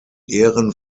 ehren